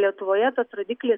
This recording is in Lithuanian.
lietuvoje tas rodikli